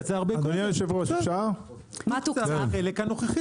אדוני היושב-ראש, אני מבקש